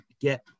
get